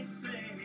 say